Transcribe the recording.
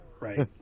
right